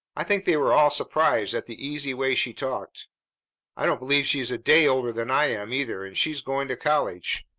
i think they were all surprised at the easy way she talked i don't believe she is a day older than i am, either. and she is going to college.